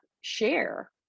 share